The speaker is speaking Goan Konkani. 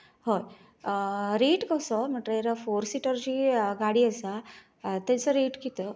हय आ रेट कसो म्हणटर फॉर सिटरची गाडी आसा तेचो रेट कितें